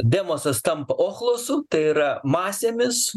demosas tampa ochlosu tai yra masėmis